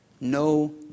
No